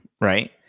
right